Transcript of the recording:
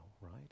right